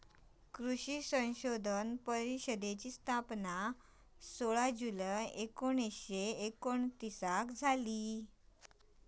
कृषी संशोधन परिषदेची स्थापना सोळा जुलै एकोणीसशे एकोणतीसाक झाली